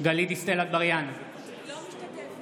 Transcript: גלית דיסטל אטבריאן, אינה משתתפת